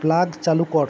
plug চালু কর